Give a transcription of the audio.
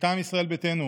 מטעם ישראל ביתנו,